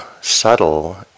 subtle